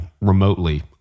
remotely